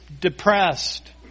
depressed